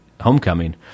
homecoming